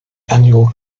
annual